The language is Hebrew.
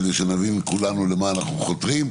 כדי שנבין כולנו למה אנחנו חותרים.